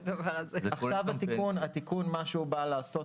מה שהתיקון בא לעשות,